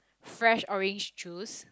fresh orange juice